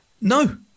no